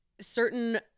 certain